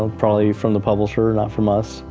ah probably from the publisher, not from us.